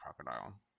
crocodile